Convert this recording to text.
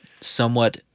somewhat